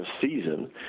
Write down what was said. season